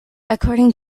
according